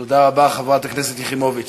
תודה רבה, חברת הכנסת יחימוביץ.